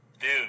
Dude